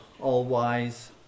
all-wise